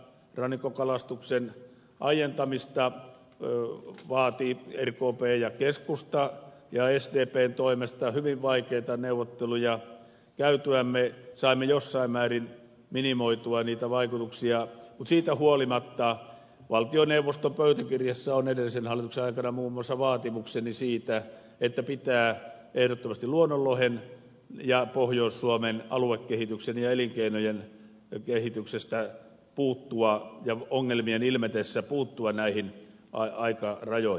rannikkokalastuksen aientamista vaativat rkp ja keskusta ja sdpn toimesta hyvin vaikeita neuvotteluja käytyämme saimme jossain määrin minimoitua niitä vaikutuksia mutta siitä huolimatta valtioneuvoston pöytäkirjassa on edellisen hallituksen ajalta muun muassa vaatimukseni siitä että pitää ehdottomasti luonnonlohen ja pohjois suomen aluekehityksen ja elinkeinojen kehitykseen puuttua ja ongelmien ilmetessä puuttua näihin aikarajoihin